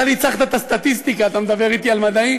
אתה ניצחת את הסטטיסטיקה, אתה מדבר אתי על מדעי?